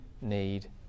need